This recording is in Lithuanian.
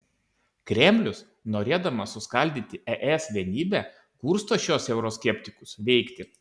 kremlius norėdamas suskaldyti es vienybę kursto šiuos euroskeptikus veikti